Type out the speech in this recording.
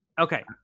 okay